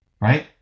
Right